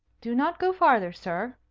do not go further, sir,